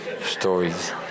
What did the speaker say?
stories